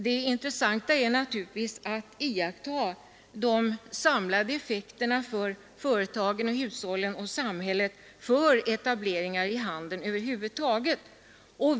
Det intressanta är att iaktta de samlade effekterna för företagen, hushållen och samhället av etableringar inom handeln över huvud taget.